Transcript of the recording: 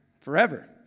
forever